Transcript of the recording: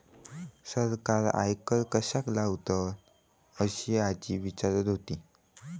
सरकार आयकर कश्याक लावतता? असा आजी विचारत होती